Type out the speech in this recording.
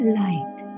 light